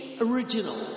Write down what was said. original